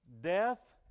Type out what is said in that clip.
Death